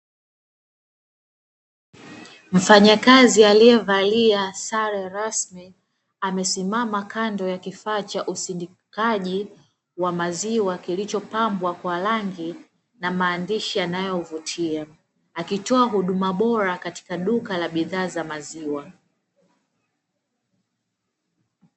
Mfanyakazi aliyevalia sare rasmi amesimama kando ya kifaa cha usindikaji wa maziwa kilichopambwa kwa rangi na maandishi yanayovutia. Akitoa huduma bora katika duka la bidhaa za maziwa.